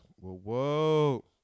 Whoa